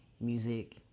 Music